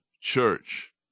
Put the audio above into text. Church